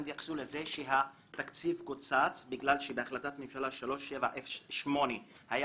הם התייחסו לזה שהתקציב קוצץ בגלל שבהחלטת ממשלה 3708 היה